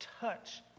touch